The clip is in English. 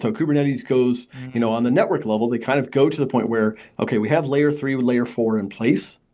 so kubernetes goes you know on the network level. they kind of go to the point where, okay, we have layer three, layer four in place,